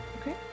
Okay